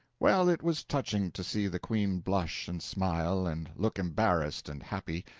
well, it was touching to see the queen blush and smile, and look embarrassed and happy,